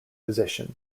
position